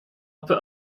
put